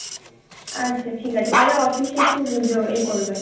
আচ্ছা ঠিক আছে তাহলে অফিসে একটু য এ করবেন